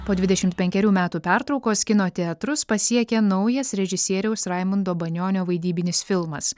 po dvidešimt penkerių metų pertraukos kino teatrus pasiekė naujas režisieriaus raimundo banionio vaidybinis filmas